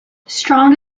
strong